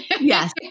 Yes